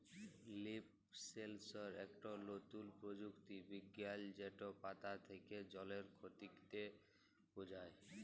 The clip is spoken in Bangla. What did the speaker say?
লিফ সেলসর ইকট লতুল পরযুক্তি বিজ্ঞাল যেট পাতা থ্যাকে জলের খতিকে বুঝায়